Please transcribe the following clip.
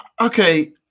Okay